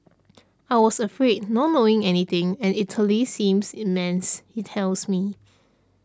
I was afraid not knowing anything and Italy seems immense he tells me